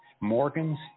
Morgans